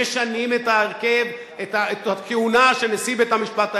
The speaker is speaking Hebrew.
משנים את הכהונה של נשיא בית-המשפט העליון,